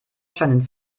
scheinen